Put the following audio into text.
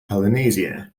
polynesia